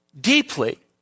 deeply